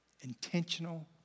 Intentional